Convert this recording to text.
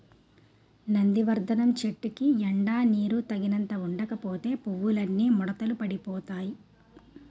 నందివర్థనం చెట్టుకి ఎండా నీరూ తగినంత ఉండకపోతే పువ్వులన్నీ ముడతలు పడిపోతాయ్